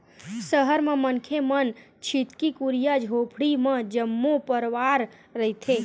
सहर म मनखे मन छितकी कुरिया झोपड़ी म जम्मो परवार रहिथे